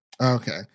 Okay